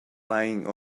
lying